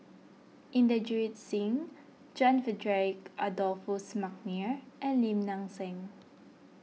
Inderjit Singh John Frederick Adolphus McNair and Lim Nang Seng